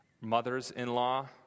mother's-in-law